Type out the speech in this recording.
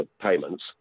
payments